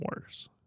worse